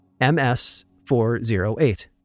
MS408